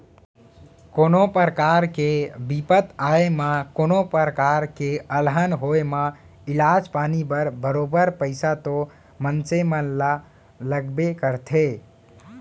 कोनो परकार के बिपत आए म कोनों प्रकार के अलहन होय म इलाज पानी बर बरोबर पइसा तो मनसे ल लगबे करथे